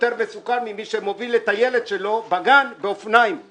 יותר מסוכן מזה שמוביל את הילד שלו לגן באופניים כי